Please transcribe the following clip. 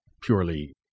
purely